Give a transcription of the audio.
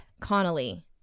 Connolly